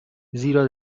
زیرا